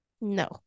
No